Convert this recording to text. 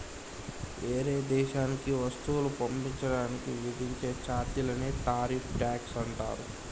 ఏరే దేశానికి వస్తువులను పంపించడానికి విధించే చార్జీలనే టారిఫ్ ట్యాక్స్ అంటారు